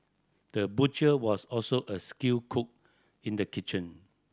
the butcher was also a skilled cook in the kitchen